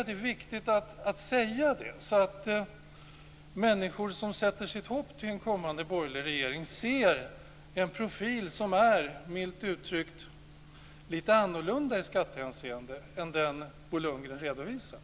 Det är viktigt att säga det, så att människor som sätter sitt hopp till en kommande borgerlig regering ser en profil som är, milt uttryckt, lite annorlunda i skattehänseende än den Bo Lundgren redovisar.